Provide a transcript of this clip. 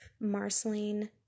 Marceline